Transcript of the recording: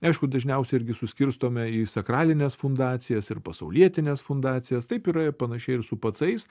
aišku dažniausiai irgi suskirstome į sakralines fundacijas ir pasaulietines fundacijas taip yra panašiai ir su pacais